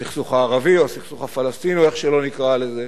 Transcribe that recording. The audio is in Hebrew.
לסכסוך הערבי או הסכסוך הפלסטיני או איך שלא נקרא לזה,